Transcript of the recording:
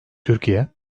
türkiye